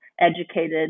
educated